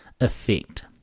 effect